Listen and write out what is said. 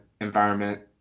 environment